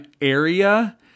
area